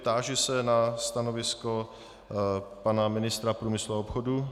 Táži se na stanovisko pana ministra průmyslu a obchodu.